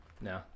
No